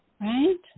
right